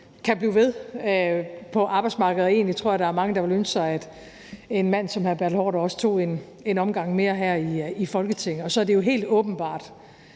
kan blive ved på arbejdsmarkedet, og egentlig tror jeg, der er mange, der ville ønske, at en mand som hr. Bertel Haarder også tog en omgang mere her i Folketinget. Men det er jo helt åbenbart,